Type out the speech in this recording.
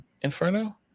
Inferno